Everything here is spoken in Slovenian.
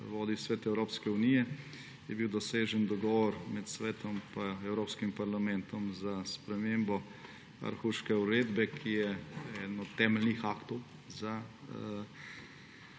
vodi Svet Evropske unije, je bil dosežen dogovor med Svetom in Evropskim parlamentom za spremembo Aarhuške uredbe, ki je eden od temeljnih aktov za